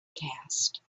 cast